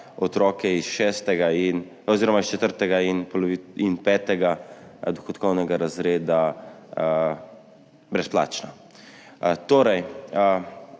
otroke iz četrtega in petega dohodkovnega razreda brezplačna.